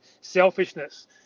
selfishness